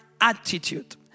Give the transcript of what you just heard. attitude